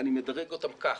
ואני מדרג אותם כך: